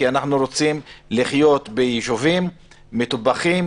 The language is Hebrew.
כי אנחנו רוצים לחיות ביישובים מטופחים,